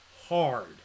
hard